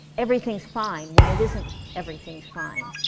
everything's fine when it isn't everything's fine.